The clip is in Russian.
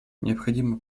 необходимо